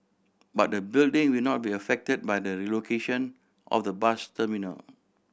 but the building will not be affected by the relocation of the bus terminal